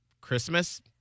Christmas